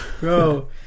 Bro